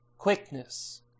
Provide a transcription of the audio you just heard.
Quickness